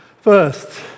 First